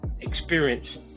experienced